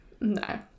No